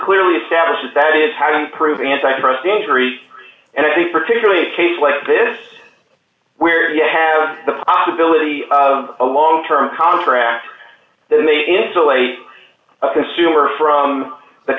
clearly established that is how do you prove antitrust injury and i think particularly a case like this where you have the possibility of a long term contract that may insulate consumer from the